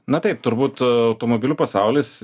na taip turbūt automobilių pasaulis